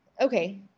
Okay